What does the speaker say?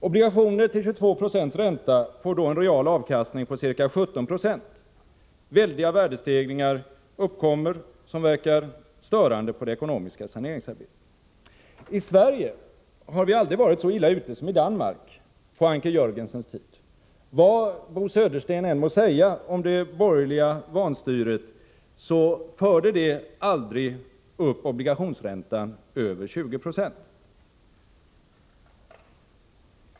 Obligationer till 22 90 ränta får då en real avkastning på ca 1790. Det uppkommer väldiga värdestegringar, som verkar störande på det ekonomiska saneringsarbetet. I Sverige har vi aldrig varit så illa ute som Danmark på Anker Jörgensens tid. Vad Bo Södersten än må säga om det borgerliga vanstyret förde det aldrig upp obligationsräntan över 20 9o.